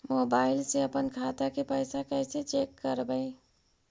Mobile से अपन खाता के पैसा कैसे चेक करबई?